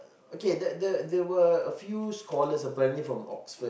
okay that that there were a few scholars apparently from Oxford